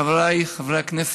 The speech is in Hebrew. חבריי חברי הכנסת,